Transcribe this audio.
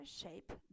shape